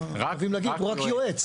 חייבים להגיד הוא רק יועץ,